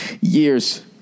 years